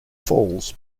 falls